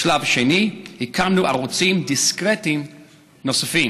בשלב השני הקמנו ערוצים דיסקרטיים נוספים.